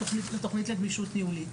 בהתאם לתכנית לגמישות ניהולית".